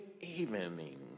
evening